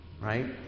Right